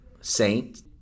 saint